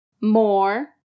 More